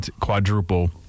Quadruple